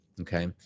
okay